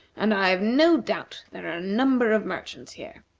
and i have no doubt there are a number of merchants here.